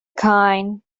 kind